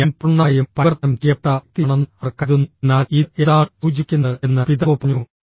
ഞാൻ പൂർണ്ണമായും പരിവർത്തനം ചെയ്യപ്പെട്ട വ്യക്തിയാണെന്ന് അവർ കരുതുന്നു എന്നാൽ ഇത് എന്താണ് സൂചിപ്പിക്കുന്നത് എന്ന് പിതാവ് പറഞ്ഞു